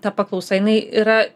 ta paklausa jinai yra